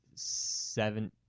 seven